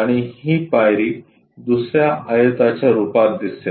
आणि ही पायरी दुसर्या आयताच्या रुपात दिसेल